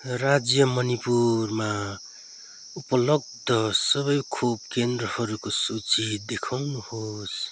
राज्य मणिपुरमा उपलब्ध सबै खोप केन्द्रहरूको सूची देखाउनुहोस्